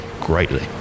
greatly